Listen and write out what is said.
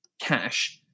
cash